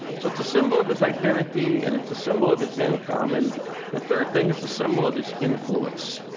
so it's a symbol of his identity, and it's a symbol of his income. and the third thing it's a symbol of his influence.